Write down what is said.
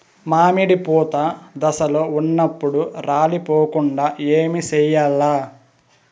మామిడి పూత దశలో ఉన్నప్పుడు రాలిపోకుండ ఏమిచేయాల్ల?